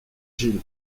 gil